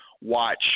watch